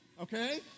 okay